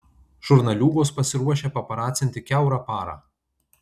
žurnaliūgos pasiruošę paparacinti kiaurą parą